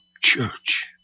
church